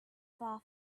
far